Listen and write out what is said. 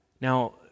Now